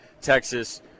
Texas